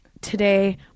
today